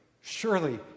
Surely